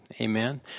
Amen